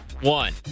one